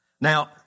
Now